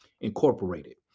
Incorporated